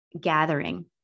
gathering